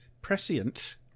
prescient